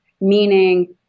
meaning